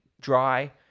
dry